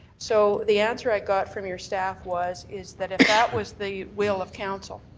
so the answer i got from your staff was is that if that was the will of council,